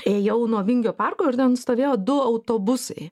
ėjau nuo vingio parko ir ten stovėjo du autobusai